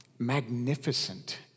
magnificent